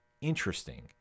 interesting